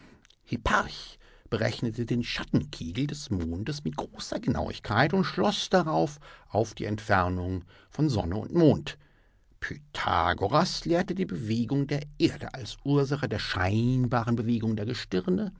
berechnete den schattenkegel des mondes mit großer genauigkeit und schloß daraus auf die entfernung von sonne und mond pythagoras lehrte die bewegung der erde als ursache der scheinbaren bewegung der gestirne